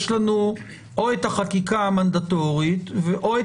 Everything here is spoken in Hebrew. יש לנו או את החקיקה המנדטורית או את